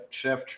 Chef